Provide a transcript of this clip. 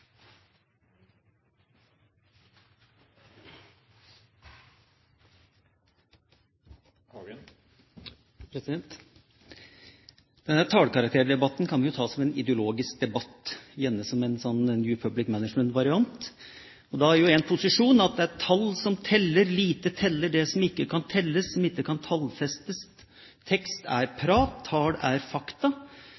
Tallkarakterdebatten kan vi ta som en ideologisk debatt, gjerne som en New Public Management-variant. Da er én posisjon at det er tall som teller. Lite teller det som ikke kan telles, som ikke kan tallfestes. Tekst er